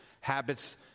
habits